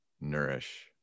nourish